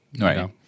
right